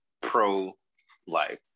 pro-life